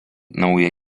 naują